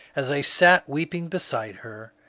as i sat weeping beside her,